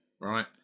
right